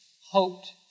hoped